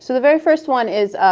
so the very first one is